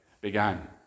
began